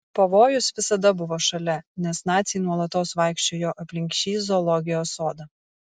pavojus visada buvo šalia nes naciai nuolatos vaikščiojo aplink šį zoologijos sodą